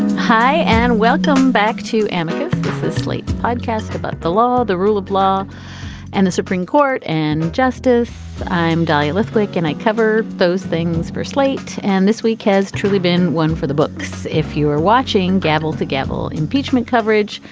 hi and welcome back to amica, the slate podcast about the law. the rule of law and the supreme court and justice. i'm dahlia lithwick and i cover those things for slate. and this week has truly been one for the books. if you are watching gavel to gavel impeachment coverage,